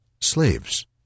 slaves